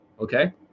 Okay